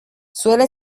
suele